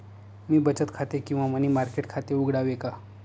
मी बचत खाते किंवा मनी मार्केट खाते उघडावे का?